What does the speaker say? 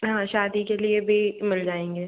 हाँ शादी के लिए भी मिल जाएंगे